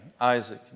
Isaac